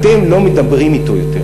אתם לא מדברים אתו יותר.